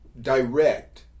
direct